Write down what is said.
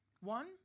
One